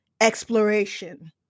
exploration